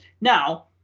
Now